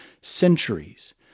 centuries